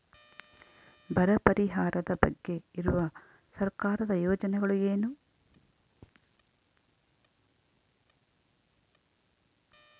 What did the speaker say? ಬರ ಪರಿಹಾರದ ಬಗ್ಗೆ ಇರುವ ಸರ್ಕಾರದ ಯೋಜನೆಗಳು ಏನು?